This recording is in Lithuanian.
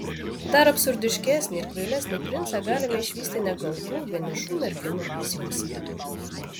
dar absurdiškesnį ir kvailesnį princą galime išvysti nekaltų vienišų merginų vizijose